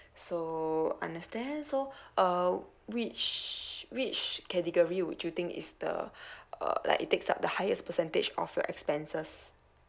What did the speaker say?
so understand so uh which which category would you think is the uh like it takes up the highest percentage of your expenses